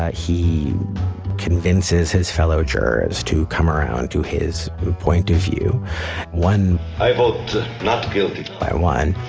he convinces his fellow jurors to come around to his point of view when i vote not guilty by one,